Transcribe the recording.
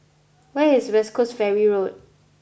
where is West Coast Ferry Road